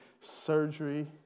surgery